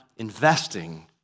investing